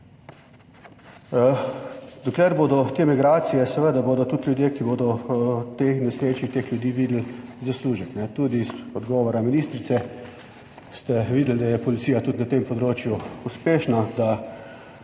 Dokler bodo te migracije, seveda bodo tudi ljudje, ki bodo v tej nesreči teh ljudi videli zaslužek. Tudi iz odgovora ministrice ste videli, da je policija tudi na tem področju uspešna,